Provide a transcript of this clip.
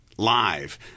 live